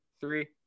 three